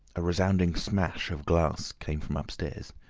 a resounding smash of glass came from upstairs.